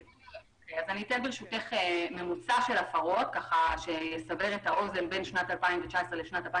ממוצע של הפרות בשנים האלה,